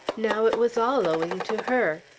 now it was all owing to her!